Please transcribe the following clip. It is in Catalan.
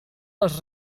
les